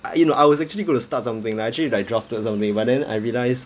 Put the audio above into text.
you know I was actually going to start something like I actually like drafted something but then I realize